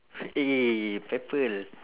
people